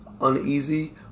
uneasy